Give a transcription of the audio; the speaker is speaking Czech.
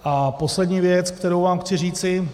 A poslední věc, kterou vám chci říci.